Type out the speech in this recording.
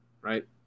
right